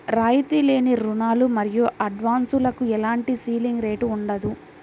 రాయితీ లేని రుణాలు మరియు అడ్వాన్సులకు ఎలాంటి సీలింగ్ రేటు ఉండదు